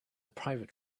private